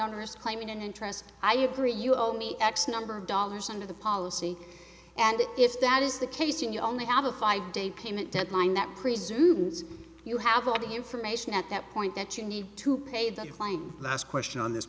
owners claim in an interest i agree you owe me x number of dollars under the policy and if that is the case and you only have a five day payment deadline that presumes you have all the information at that point that you need to pay the fine last question on this